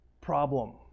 problem